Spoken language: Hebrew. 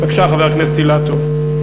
בבקשה, חבר הכנסת אילטוב.